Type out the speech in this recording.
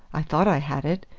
i thought i had it,